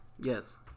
Yes